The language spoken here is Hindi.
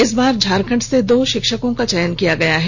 इस बार झारखंड से दो शिक्षकों का चयन किया गया है